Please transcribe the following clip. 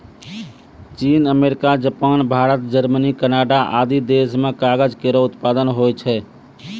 चीन, America, Japan, Bharat, Germany, Canada आदि देस म कागज केरो उत्पादन होय छै